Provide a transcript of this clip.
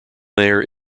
there